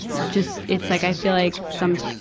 just, it's like i feel like someti,